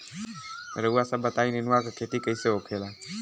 रउआ सभ बताई नेनुआ क खेती कईसे होखेला?